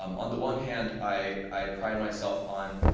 um on the one hand, i pride myself on